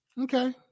Okay